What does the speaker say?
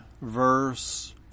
verse